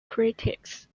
critics